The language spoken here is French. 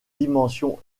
dimension